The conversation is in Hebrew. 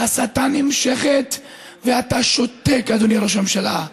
ההסתה נמשכת ואתה שותק, אדוני ראש הממשלה.